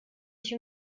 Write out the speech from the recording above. sich